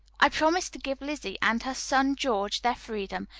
i promise to give lizzie and her son george their freedom,